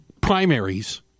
primaries